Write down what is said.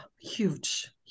Huge